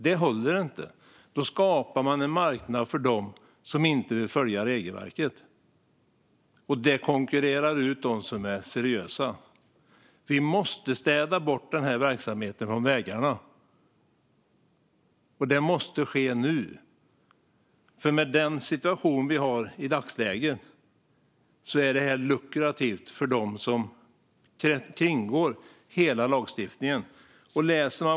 Det håller inte. Då skapar vi en marknad för dem som inte vill följa regelverket, och de konkurrerar ut dem som är seriösa. Vi måste städa bort den här verksamheten från vägarna, och det måste ske nu, för med den situation vi har i dagsläget är det här lukrativt för dem som kringgår hela lagstiftningen.